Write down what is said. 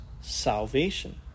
salvation